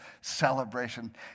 celebration